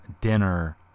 Dinner